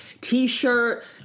t-shirt